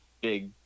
big